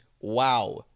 wow